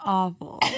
awful